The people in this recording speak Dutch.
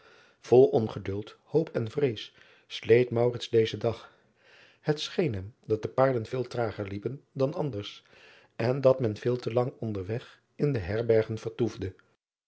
ol ongeduld hoop en vrees sleet dezen dag et scheen hem dat de paarden veel trager liepen dan anders en dat men veel te lang onder weg in de herbergen vertoefde